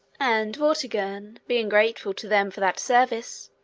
and vortigern, being grateful to them for that service,